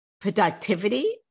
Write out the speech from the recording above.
productivity